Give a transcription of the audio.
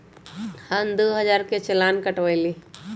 हम दु हजार के चालान कटवयली